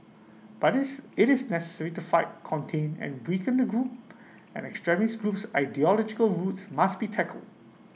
but IT is necessary to fight contain and weaken the group and the extremist group's ideological roots must be tackled